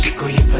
greet